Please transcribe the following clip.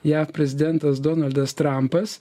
jav prezidentas donaldas trampas